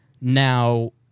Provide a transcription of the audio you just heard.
now